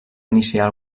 iniciar